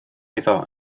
iddo